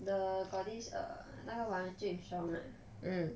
the got this err 那个黄俊雄 ah